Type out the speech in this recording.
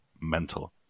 mental